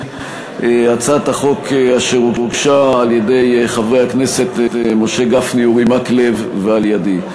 הצעת החוק הוגשה על-ידי חברי הכנסת משה גפני ואורי מקלב ועל-ידי.